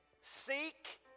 Seek